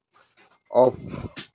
off